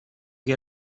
che